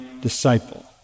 disciple